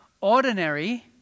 ordinary